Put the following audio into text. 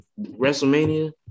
WrestleMania –